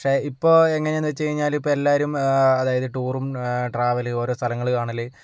പക്ഷെ ഇപ്പോൾ എങ്ങനെന്ന് വച്ചു കഴിഞ്ഞാല് ഇപ്പോൾ എല്ലാവരും അതായത് ടൂറും ട്രാവല് ഓരോ സ്ഥലങ്ങള് കാണല്